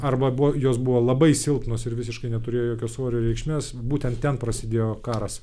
arba buvo jos buvo labai silpnos ir visiškai neturėjo jokio svorio reikšmes būtent ten prasidėjo karas